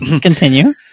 Continue